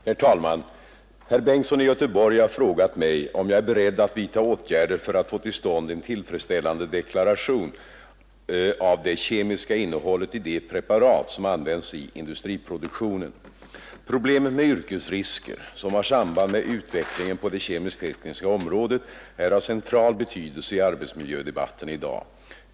Herr talman! Herr Bengtsson i Göteborg har frågat mig om jag är beredd att vidta åtgärder för att få till stånd en tillfredsställande deklaration av det kemiska innehållet i de preparat som används i industriproduktionen. Problemet med yrkesrisker som har samband med utvecklingen på det kemiskt-tekniska området är av central betydelse i arbetsmiljödebatten i dag.